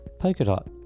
Polkadot